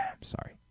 sorry